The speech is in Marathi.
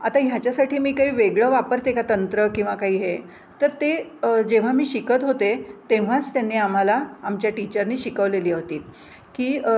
आता ह्याच्यासाठी मी काही वेगळं वापरते का तंत्र किंवा काही हे तर ते जेव्हा मी शिकत होते तेव्हाच त्यांनी आम्हाला आमच्या टीचरनी शिकवलेली होती की